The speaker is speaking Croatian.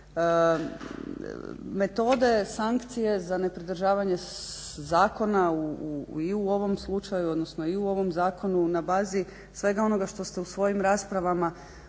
metode, sankcije za nepridržavanje zakona i u ovom slučaju, odnosno i u ovom zakonu na bazi svega onoga što ste u svojim raspravama